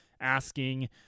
asking